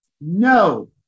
No